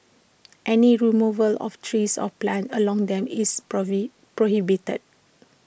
any removal of trees or plants along them is prohibited